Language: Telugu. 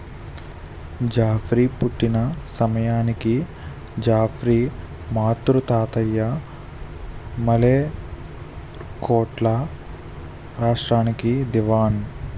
జాఫ్రీ పుట్టిన సమయానికి జాఫ్రీ మాతృ తాతయ్య మలే కోట్ల రాష్ట్రానికి దివాన్